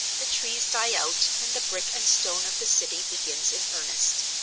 the trees die out and the brick and stone of the city begins in earnest.